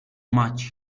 much